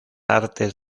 artes